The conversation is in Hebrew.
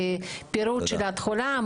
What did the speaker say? פירוט של התכולה,